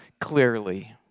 clearly